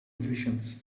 visions